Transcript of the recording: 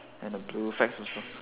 and the blue flags also